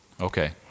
Okay